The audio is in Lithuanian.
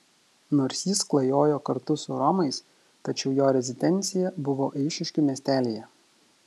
nors jis klajojo kartu su romais tačiau jo rezidencija buvo eišiškių miestelyje